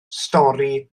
stori